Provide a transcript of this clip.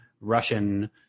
Russian